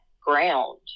ground